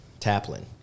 Taplin